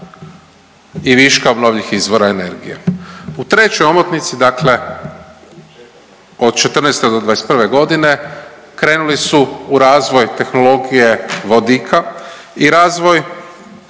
i viška obnovljivih izvora energije. U trećoj omotnici, dakle od četrnaeste do dvadeset i prve godine krenuli su u razvoj tehnologije vodika i razvoj